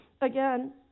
Again